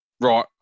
right